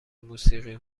موسیقی